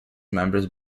members